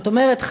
זאת אומרת,